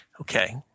Okay